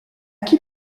qui